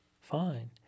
fine